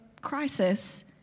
crisis